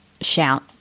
shout